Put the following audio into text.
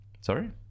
Sorry